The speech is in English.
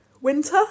winter